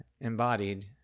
embodied